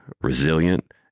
resilient